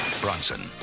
Bronson